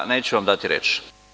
Neću vam dati reč.